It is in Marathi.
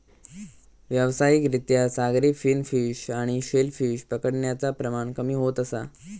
व्यावसायिक रित्या सागरी फिन फिश आणि शेल फिश पकडण्याचा प्रमाण कमी होत असा